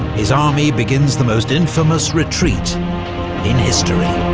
his army begins the most infamous retreat in history.